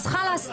אז חלאס.